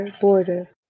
border